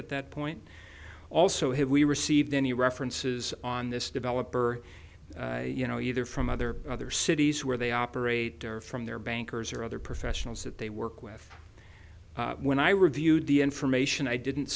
at that point also have we received any references on this developer you know either from other other cities where they operate or from their bankers or other professionals that they work with when i reviewed the information i didn't